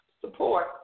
support